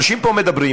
אנשים פה מדברים,